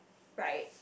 right